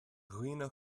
dhaoine